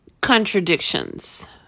contradictions